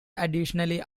additionally